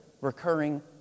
recurring